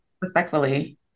Respectfully